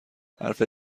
حرف